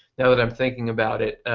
now that i'm thinking about it,